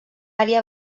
àrea